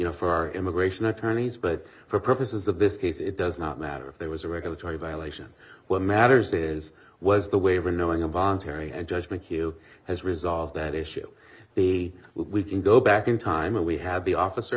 know for our immigration attorneys but for purposes of this case it does not matter if there was a regulatory violation what matters is was the waiver knowing involuntary and josh mchugh has resolve that issue the we can go back in time and we have the officer